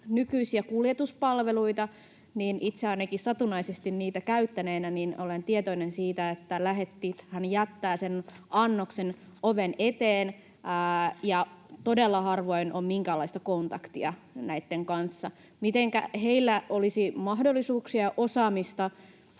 nykyisiä kuljetuspalveluita, niin itse ainakin satunnaisesti niitä käyttäneenä olen tietoinen siitä, että lähetithän jättävät sen annoksen oven eteen ja todella harvoin on minkäänlaista kontaktia näitten kanssa. Mitenkä heillä olisi mahdollisuuksia ja osaamista